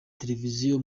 televiziyo